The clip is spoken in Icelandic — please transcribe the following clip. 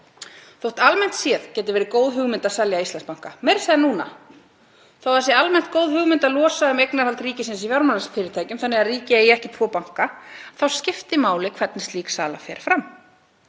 Þótt almennt séð geti það verið góð hugmynd að selja Íslandsbanka, meira að segja núna, og þó að það sé almennt góð hugmynd að losa um eignarhald ríkisins í fjármálafyrirtækjum þannig að ríkið eigi ekki tvo banka, þá skiptir máli hvernig slík sala fer fram.